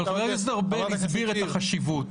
אבל אחרי זה, ארבל הסבירה את החשיבות.